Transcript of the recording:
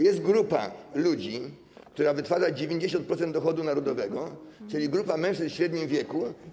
Jest grupa ludzi, która wytwarza 90% dochodu narodowego, czyli grupa mężczyzn w średnim wieku.